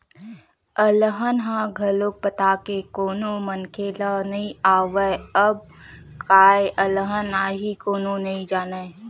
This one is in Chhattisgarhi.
अलहन ह घलोक बता के कोनो मनखे ल नइ आवय, कब काय अलहन आही कोनो नइ जानय